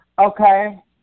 Okay